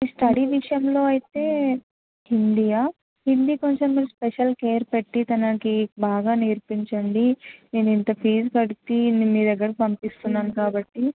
study విషయంలో అయితే హిందీయా హిందీ కొంచెం మీరు స్పెషల్ కేర్ పెట్టి తనకి బాగా నేర్పించండి నేనింత ఫీజ్ కట్టి మీ దగ్గరకు పంపిస్తున్నాను కాబట్టి